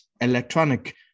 electronic